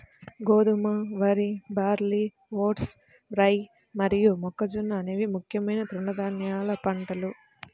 గోధుమ, వరి, barley, oats, rye మరియు మొక్కజొన్న అనేవి ముఖ్యమైన తృణధాన్యాల పంటలు